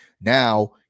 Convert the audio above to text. now